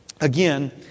again